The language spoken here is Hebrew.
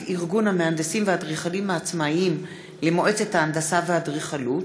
ארגון המהנדסים והאדריכלים העצמאיים למועצת ההנדסה והאדריכלות),